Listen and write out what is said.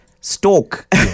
stalk